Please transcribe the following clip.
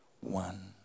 one